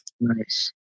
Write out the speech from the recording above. nice